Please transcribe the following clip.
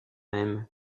même